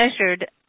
measured